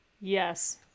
Yes